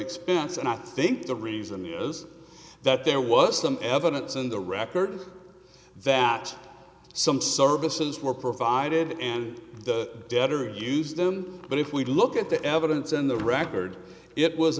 experience and i think the reason is that there was some evidence in the record that some services were provided and the debtor used them but if we look at the evidence in the record it was